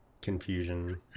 confusion